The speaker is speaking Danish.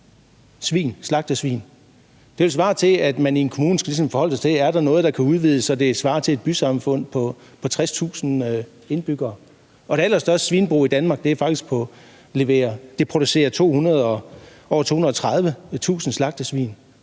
slagtesvin. Det vil svare til, at man i en kommune ligesom skal forholde sig til, om der er noget, der kan udvides, så det svarer til et bysamfund på 60.000 indbyggere. Og det allerstørste svinebrug i Danmark producerer over 230.000 slagtesvin.